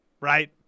right